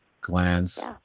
glands